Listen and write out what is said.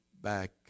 back